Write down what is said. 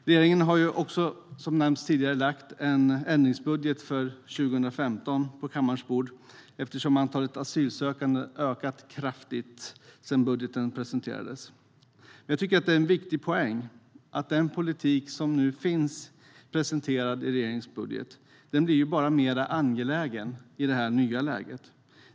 Regeringen också lagt en ändringsbudget för 2015 på kammarens bord eftersom antalet asylsökande har ökat kraftigt sedan budgeten presenterades. Det är en viktig poäng att den politik som nu presenteras i regeringens budget bara blir mer angelägen i det nya läget.